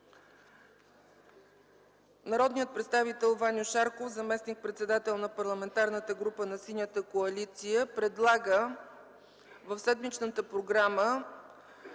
народният представител Ваньо Шарков – заместник-председател на Парламентарната група на Синята коалиция, предлага в седмичната програма